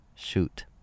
Shoot